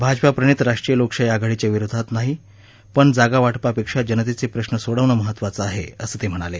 भाजपाप्रणित राष्ट्रीय लोकशाही आघाडीच्या विरोधात नाही पण जागावाटपापेक्षा जनतेचे प्रश्र सोडवणं महत्वाचं आहे असं ते म्हणाले